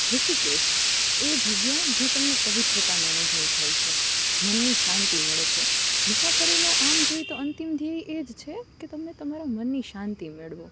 ઋષિકેશ એ જગ્યા જ્યાં તમને પવિત્રતાનો અનુભવ થાય છે મનની શાંતિ મળે છે મુસાફરીનો આમ જોઈએ તો અંતિમ ધ્યેય એ જ છે કે તમે તમારા મનની શાંતિ મેળવો